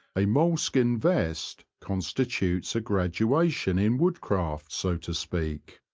a moleskin vest constitutes a gradua tion in woodcraft so to speak.